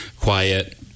quiet